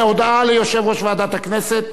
הודעה ליושב-ראש ועדת הכנסת.